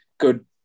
good